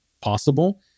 possible